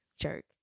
jerk